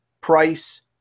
Price